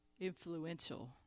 influential